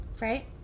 right